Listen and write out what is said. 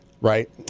Right